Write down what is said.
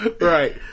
Right